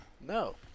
No